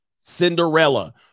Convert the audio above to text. Cinderella